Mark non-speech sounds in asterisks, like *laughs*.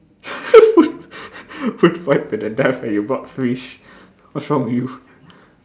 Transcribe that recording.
*laughs* food fight to the death and you brought fish what's wrong with you